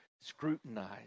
scrutinized